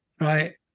right